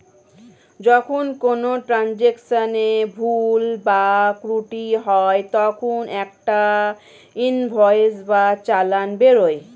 যখন কোনো ট্রান্জাকশনে ভুল বা ত্রুটি হয় তখন একটা ইনভয়েস বা চালান বেরোয়